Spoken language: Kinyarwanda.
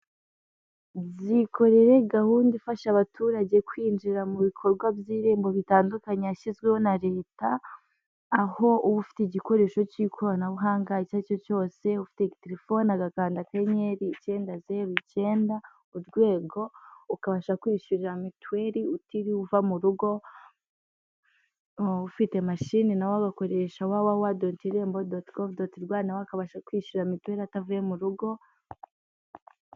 Byikorere gahunda ifasha abaturage kwinjira mu bikorwa by'irembo bitandukanye yashyizweho na leta, aho uba ufite igikoresho cy'ikoranabuhanga icyo ari cyo cyose, ufite telefoni agakanda akanyeri icyenda zero icyenda urwego ukabasha kwiyishyurira mituweli utiriwe uva mu rugo, ufite mashini nawe agakoresha wawawa doti irembo doti gove doti rwa nawe akabasha kwiyishyurira mituweli atavuye mu rugo.